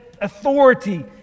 authority